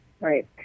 Right